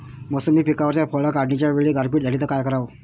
मोसंबी पिकावरच्या फळं काढनीच्या वेळी गारपीट झाली त काय कराव?